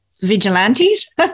vigilantes